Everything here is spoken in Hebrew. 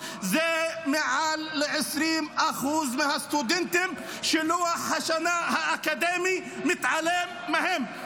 זה מעל ל-20% מהסטודנטים שלוח השנה האקדמי מתעלם מהם,